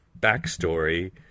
backstory